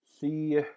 see